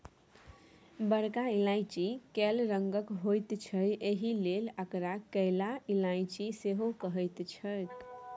बरका इलायची कैल रंगक होइत छै एहिलेल एकरा कैला इलायची सेहो कहैत छैक